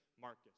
Marcus